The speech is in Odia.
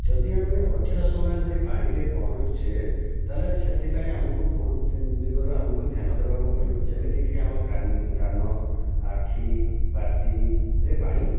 ଯଦି ଆମେ ଅଧିକ ସମୟ ଧରି ପାଣିରେ ପହଁରୁଛେ ତା'ହେଲେ ସେଥିପାଇଁ ଆମକୁ ବହୁତ ଦିଗରୁ ଆମକୁ ଧ୍ୟାନ ଦେବାକୁ ପଡ଼ିବ ଯେମିତିକି ଆମ କାନ ଆଖି ପାଟିରେ ପାଣି